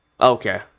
Okay